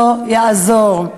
לא יעזור.